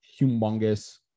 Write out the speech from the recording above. humongous